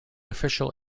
official